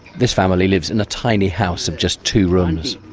this family lives in a tiny house of just two rooms.